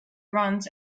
runs